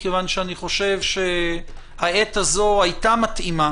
מכיוון שאני חושב שהעת הזאת הייתה מתאימה,